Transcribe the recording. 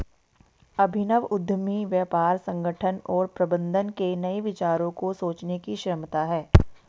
अभिनव उद्यमी व्यापार संगठन और प्रबंधन के नए विचारों को सोचने की क्षमता है